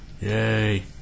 Yay